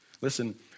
Listen